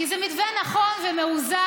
כי זה מתווה נכון ומאוזן.